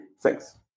Thanks